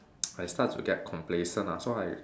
I start to get complacent lah so I